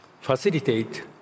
facilitate